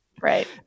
Right